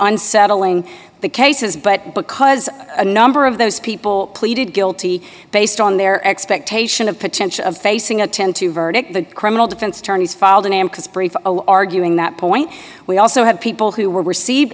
unsettling the cases but because a number of those people pleaded guilty based on their expectation of potential of facing a ten to verdict the criminal defense attorneys filed an anxious brief arguing that point we also have people who were receive